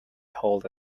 told